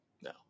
No